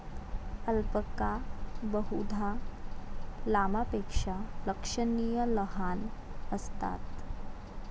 alpaca बहुधा लामापेक्षा लक्षणीय लहान असतात